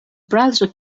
browser